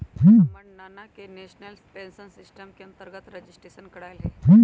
हमर नना ने नेशनल पेंशन सिस्टम के अंतर्गत रजिस्ट्रेशन करायल हइ